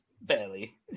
barely